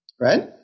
right